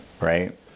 right